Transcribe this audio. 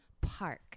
Park